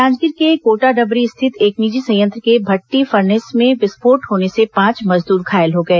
जांजगीर के कोटाडबरी स्थित एक निजी संयंत्र के भटटी फर्नेस में विस्फोट होने से पांच मजदूर घायल हो गए